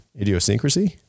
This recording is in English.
idiosyncrasy